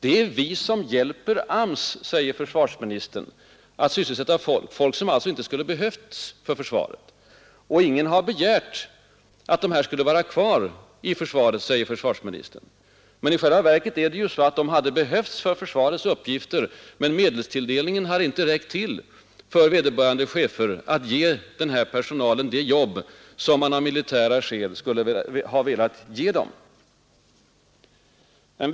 Det är ”vi som hjälper AMS att sysselsätta folk”, säger försvarsministern, folk som alltså inte skulle ha behövts för försvaret. Ingen har begärt att dessa skulle vara kvar i försvaret, säger försvarsministern. Ja, i själva verket behövdes de för försvaret, men medelstilldelningen räckte inte till för vederbörande chefer att ge denna personal det jobb som man skulle ha velat ge den.